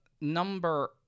number